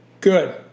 Good